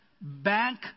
bank